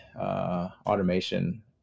automation